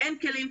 אין כלים,